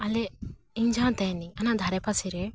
ᱟᱞᱮ ᱤᱧ ᱡᱟᱦᱟᱸ ᱛᱟᱦᱮᱱᱟᱹᱧ ᱚᱱᱟ ᱫᱷᱟᱨᱮ ᱯᱟᱥᱮ ᱨᱮ